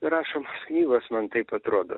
rašomos knygos man taip atrodo